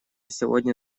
сегодня